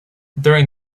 during